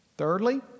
Thirdly